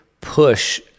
push